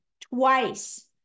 twice